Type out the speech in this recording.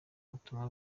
ubutumwa